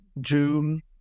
June